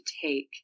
take